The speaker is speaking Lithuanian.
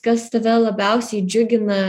kas tave labiausiai džiugina